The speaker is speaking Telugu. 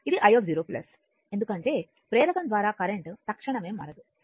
ఇది i0 ఎందుకంటే ప్రేరకం ద్వారా కరెంట్ తక్షణమే మారదు